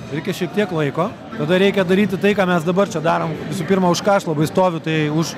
reikia šiek tiek laiko tada reikia daryti tai ką mes dabar čia darom visų pirma už ką aš labai stoviu tai už